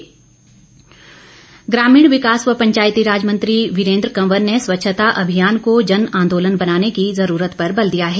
वीरेंद्र कंवर ग्रामीण विकास व पंचायतीराज मंत्री वीरेंद्र कवंर ने स्वच्छता अभियान को जन आंदोलन बनाने की जरूरत पर बल दिया है